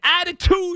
attitude